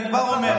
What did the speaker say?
אני כבר אומר,